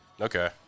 Okay